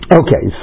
okay